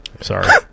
Sorry